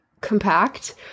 compact